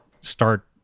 start